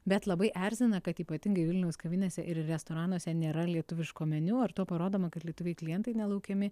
bet labai erzina kad ypatingai vilniaus kavinėse ir restoranuose nėra lietuviško meniu ar tuo parodoma kad lietuviai klientai nelaukiami